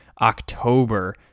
October